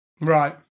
right